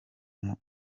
numva